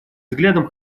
взглядом